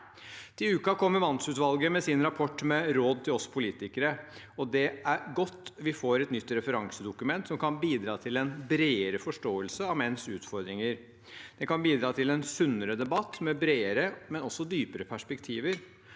Til uken kommer mannsutvalget med sin rapport med råd til oss politikere, og det er godt vi får et nytt referansedokument som kan bidra til en bredere forståelse av menns utfordringer. Det kan bidra til en sunnere debatt med bredere, men også dypere perspektiver,